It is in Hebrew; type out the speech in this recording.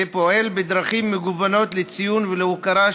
ופועל בדרכים מגוונות להוקרה,